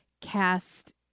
cast